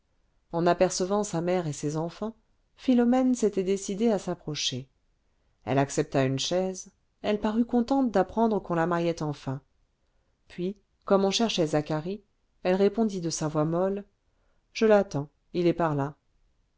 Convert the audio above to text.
en apercevant sa mère et ses enfants philomène s'était décidée à s'approcher elle accepta une chaise elle parut contente d'apprendre qu'on la mariait enfin puis comme on cherchait zacharie elle répondit de sa voix molle je l'attends il est par là